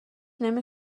نمی